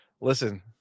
listen